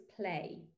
play